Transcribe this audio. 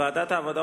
ועדת העבודה,